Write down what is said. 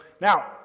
now